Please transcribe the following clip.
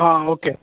okay